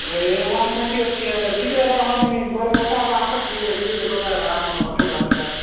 ଏ one thirty ଅଛି ଟିକେ ରୁହ ଆମେ ପରେ କଥା ହେବା ଆସ ଫ୍ରିରେ କଥା ହେବା ଆମର ହୋଟେଲ